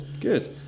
Good